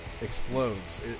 explodes